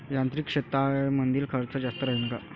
यांत्रिक शेतीमंदील खर्च जास्त राहीन का?